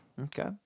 okay